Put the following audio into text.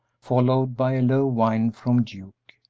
followed by a low whine from duke.